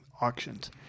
auctions